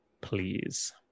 please